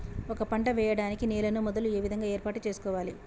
ఒక పంట వెయ్యడానికి నేలను మొదలు ఏ విధంగా ఏర్పాటు చేసుకోవాలి?